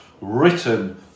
Written